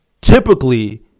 typically